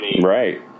right